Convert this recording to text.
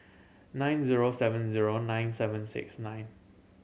nine zero seven zero nine seven six nine